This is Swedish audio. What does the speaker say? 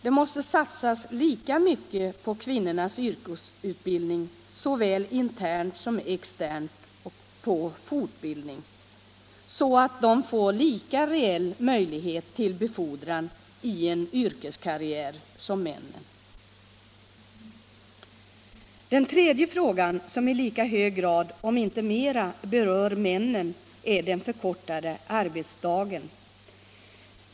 Det måste satsas lika mycket på kvinnornas yrkesutbildning såväl internt som externt och på deras fortbildning, så att de får lika stor reell möjlighet till befordran i en yrkeskarriär som männen. Den tredje frågan, som i lika hög grad —- om inte mera — berör männen, är den förkortade arbetsdagen.